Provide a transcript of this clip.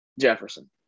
Jefferson